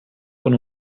con